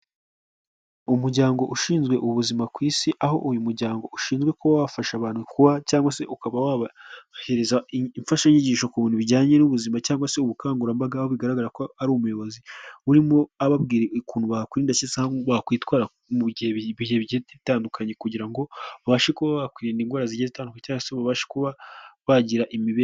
Umuryango ushinzwe ubuzima ku isi. Aho uyu muryango ushinzwe kuba wafasha abantu kuba cyangwase ukaba wabahereza imfashanyigisho ku bintu bijyanye n'ubuzima cyangwase ubukangurambaga. Aho bigaragarako ari umuyobozi urimo ababwira ukuntu bakwirinda cyangwase bakwitwara mu gihe mu bihe bigiye bitandukanye kugira ngo babashe kuba bakwirinda indwara zigiye zitandukanye cyangwase babashe kuba bagira imibereho.